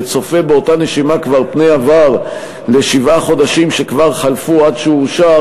וצופה באותה נשימה כבר פני עבר לשבעה חודשים שכבר חלפו עד שהוא אושר,